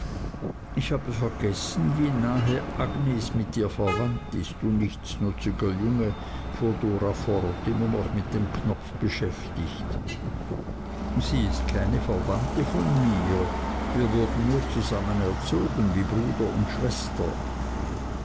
ich habe vergessen wie nahe agnes mit dir verwandt ist du nichtsnutziger junge fuhr dora fort immer noch mit dem knopf beschäftigt sie ist keine verwandte von mir wir wurden nur zusammen erzogen wie bruder und schwester